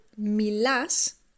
milas